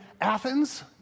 Athens